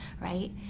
right